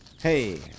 Hey